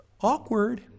Awkward